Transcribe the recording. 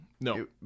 no